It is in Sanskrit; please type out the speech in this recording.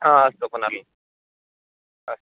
अस्तु पुनः अस्तु